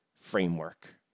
framework